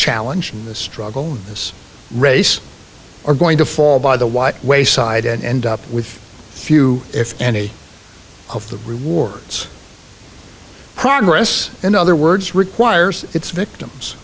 challenge in this struggle this race are going to fall by the white wayside and end up with few if any of the rewards progress in other words requires its victims